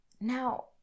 now